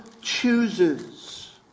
chooses